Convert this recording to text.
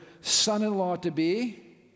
son-in-law-to-be